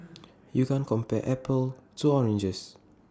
you can't compare apples to oranges